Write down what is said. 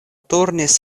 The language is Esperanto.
turnis